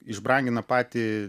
išbrangina patį